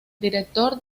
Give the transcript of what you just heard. director